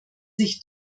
sich